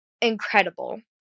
incredible